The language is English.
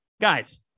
Guys